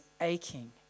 aching